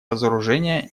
разоружения